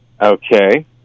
Okay